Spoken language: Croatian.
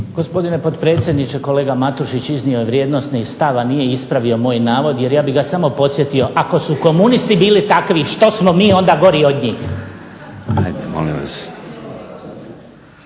Gospodine potpredsjedniče, kolega Matušić iznio je vrijednosni stav, a nije ispravio moj navod jer ja bih ga samo podsjetio ako su komunisti bili takvi što smo mi onda gori od njih? **Šeks,